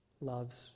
loves